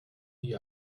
nie